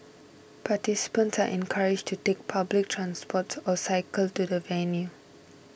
participants are encouraged to take public transport or cycle to the venue